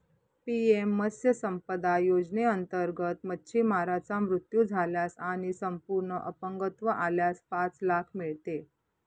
PM Matsya Sampada योजनेअंतर्गत, मच्छीमाराचा मृत्यू झाल्यास आणि संपूर्ण अपंगत्व आल्यास पाच लाख मिळते